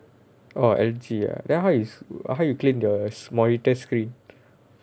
orh L_G ah then how is how you clean the sm~ monitor screen